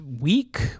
week